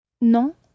Non